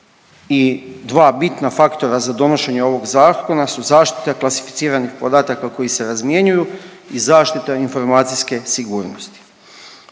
dva bitna faktora za donošenje ovog zakona su zaštita klasificiranih podataka koji se razmjenjuju i zaštita informacijske sigurnosti.